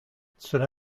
cela